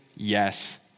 Yes